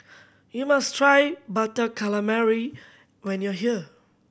you must try Butter Calamari when you are here